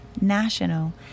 national